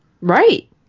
Right